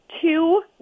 two